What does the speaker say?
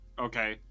Okay